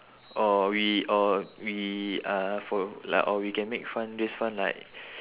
or we or we uh for like or we can make fund raise fund like